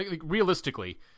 realistically